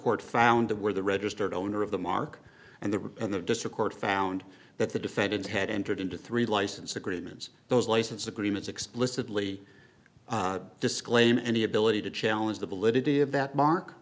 court found to where the registered owner of the mark and they were and the district court found that the defendants had entered into three license agreements those license agreements explicitly disclaim any ability to challenge the validity of that mark